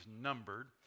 numbered